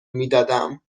میدادم